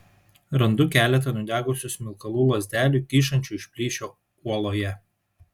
randu keletą nudegusių smilkalų lazdelių kyšančių iš plyšio uoloje